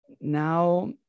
now